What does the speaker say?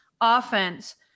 offense